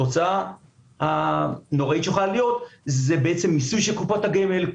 התוצאה הנוראית שיכולה להיות זה מיסוי של קופות הגמל.